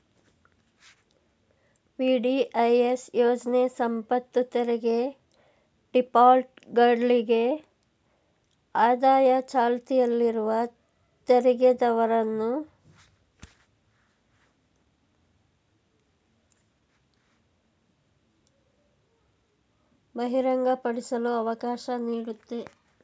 VDIS ಯೋಜ್ನ ಸಂಪತ್ತುತೆರಿಗೆ ಡಿಫಾಲ್ಟರ್ಗಳಿಗೆ ಆದಾಯ ಚಾಲ್ತಿಯಲ್ಲಿರುವ ತೆರಿಗೆದರವನ್ನು ಬಹಿರಂಗಪಡಿಸಲು ಅವಕಾಶ ನೀಡುತ್ತೆ